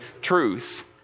truth